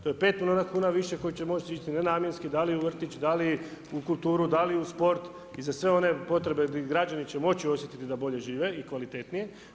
To je 5 milijuna kuna više koje će moći nenamjenski da li u vrtić, da li u kulturu, da li u sport i za sve one potrebe građani će moći osjetiti da bolje žive i kvalitetnije.